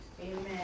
Amen